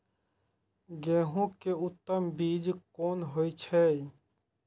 गेंहू के उत्तम बीज कोन होय छे?